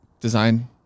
design